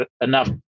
enough